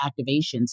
activations